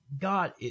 god